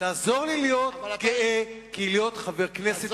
תעזור לי להיות גאה להיות חבר כנסת ישראל.